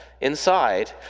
inside